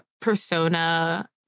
Persona